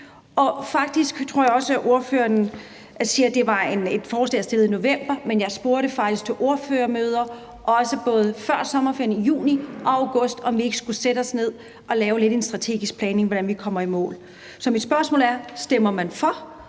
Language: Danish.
med kommunerne? Ordføreren siger, at det var et forslag, jeg stillede i november, men jeg spurgte faktisk til ordførermøder også både før sommerferien, i juni og i august, om ikke vi skulle sætte os ned og lave en strategisk plan for, hvordan vi kommer i mål. Så mit spørgsmål er: Stemmer man for